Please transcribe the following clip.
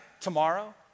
tomorrow